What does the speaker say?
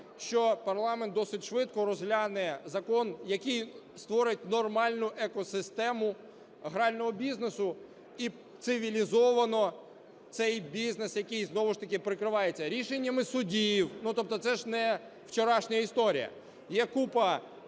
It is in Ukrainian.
що парламент досить швидко розгляне закон, який створить нормально екосистему грального бізнесу і цивілізовано цей бізнес, який знову ж таки прикривається рішеннями судів… Ну, тобто це ж не вчорашня історія, є купа